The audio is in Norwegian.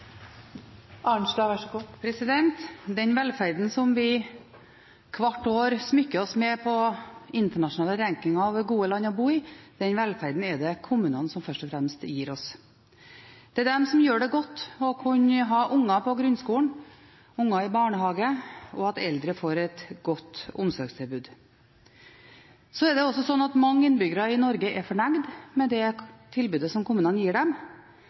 Den velferden som vi hvert år smykker oss med på internasjonale rankinger over gode land å bo i, er det kommunene som først og fremst gir oss. Det er de som gjør det godt å kunne ha unger på grunnskolen, unger i barnehage, og at eldre får et godt omsorgstilbud. Det er også slik at mange innbyggere i Norge er fornøyd med det tilbudet som kommunene gir dem,